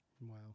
Wow